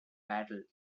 battle